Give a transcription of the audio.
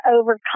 overcome